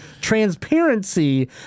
transparency